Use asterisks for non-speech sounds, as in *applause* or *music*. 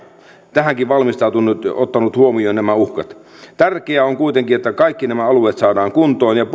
tähänkin valmistautunut ottanut huomioon nämä uhkat tärkeää on kuitenkin että kaikki nämä alueet saadaan kuntoon ja *unintelligible*